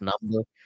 number